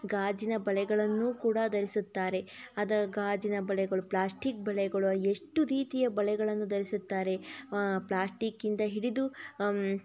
ಗಾಜಿನ ಬಳೆಗಳನ್ನೂ ಕೂಡ ಧರಿಸುತ್ತಾರೆ ಅದು ಗಾಜಿನ ಬಳೆಗಳು ಪ್ಲಾಸ್ಟಿಕ್ ಬಳೆಗಳು ಎಷ್ಟು ರೀತಿಯ ಬಳೆಗಳನ್ನು ಧರಿಸುತ್ತಾರೆ ಪ್ಲಾಸ್ಟೀಕಿಂದ ಹಿಡಿದು